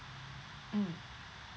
mm